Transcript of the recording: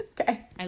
Okay